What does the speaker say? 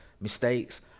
mistakes